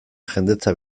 jendetza